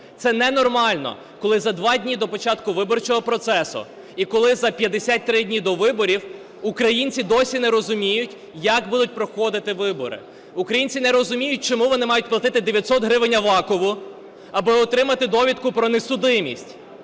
Це ненормально, коли за 2 дні до початку виборчого процесу і коли за 53 дні до виборів українці досі не розуміють, як будуть проходити вибори. Українці не розуміють, чому вони мають платити 900 гривень Авакову, аби отримати довідку про несудимість.